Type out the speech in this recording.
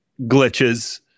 glitches